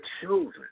children